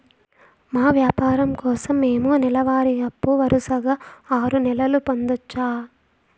మా వ్యాపారం కోసం మేము నెల వారి అప్పు వరుసగా ఆరు నెలలు పొందొచ్చా?